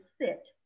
sit